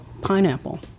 pineapple